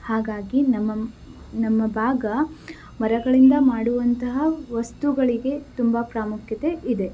ಹಾಗಾಗಿ ನಮ್ಮ ನಮ್ಮ ಭಾಗ ಮರಗಳಿಂದ ಮಾಡುವಂತಹ ವಸ್ತುಗಳಿಗೆ ತುಂಬ ಪ್ರಾಮುಖ್ಯತೆ ಇದೆ